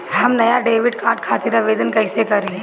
हम नया debit card खातिर आवेदन कईसे करी?